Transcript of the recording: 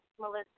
Melissa